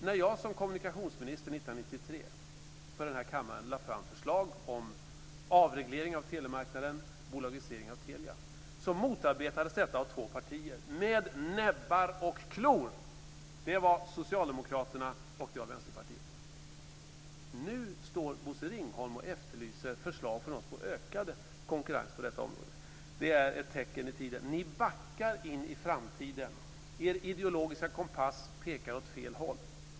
När jag som kommunikationsminister 1993 för den här kammaren lade fram förslag om avreglering av telemarknaden, bolagisering av Telia, motarbetades detta av två partier med näbbar och klor. Det var Socialdemokraterna och Vänsterpartiet. Nu efterlyser Bosse Ringholm förslag från oss om ökad konkurrens på detta område. Det är ett tecken i tiden. Ni backar in i framtiden. Er ideologiska kompass pekar åt fel håll.